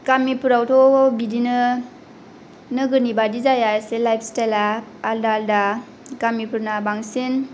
गमिफोरावथ' बिदिनो नोगोरनि बायदि जाया लाइफस्टाइला एसे आलादा आलादा गामिफोरना बांसिन